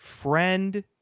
friend